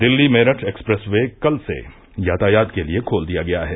Delhi Meerut expressway कल से यातायात के लिए खोल दिया गया है